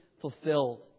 fulfilled